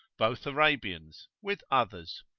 both arabians, with others.